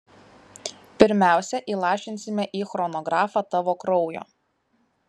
pirmiausia įlašinsime į chronografą tavo kraujo